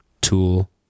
tool